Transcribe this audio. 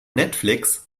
netflix